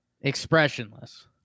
Expressionless